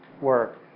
work